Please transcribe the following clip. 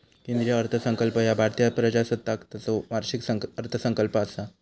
केंद्रीय अर्थसंकल्प ह्या भारतीय प्रजासत्ताकाचो वार्षिक अर्थसंकल्प असा